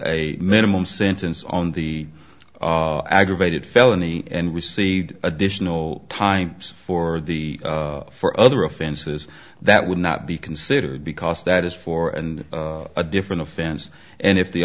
a minimum sentence on the aggravated felony and received additional time for the for other offenses that would not be considered because that is four and a different offense and if the